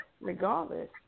regardless